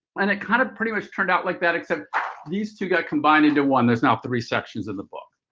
and it kind of pretty much turned out like that, except these two got combined into one, that's now three sections of the book.